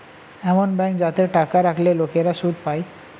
এমন ব্যাঙ্ক যাতে টাকা রাখলে লোকেরা সুদ পায়